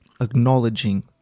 acknowledging